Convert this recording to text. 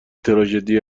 تراژدی